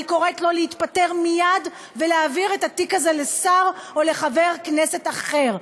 אני קוראת לו להתפטר מייד ולהעביר את התיק הזה לשר או לחבר כנסת אחר.